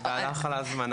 תודה לך על ההזמנה.